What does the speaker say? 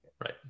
Right